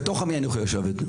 בתוך עמי אנוכי יושבת,